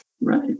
Right